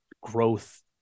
growth